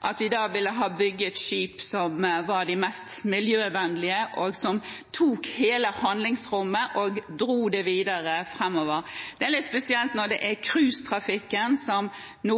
at de da ville ha bygget skip som var de mest miljøvennlige, og som tok hele handlingsrommet og dro det videre framover. Det er litt spesielt når det er innen cruisetrafikken man nå